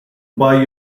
buy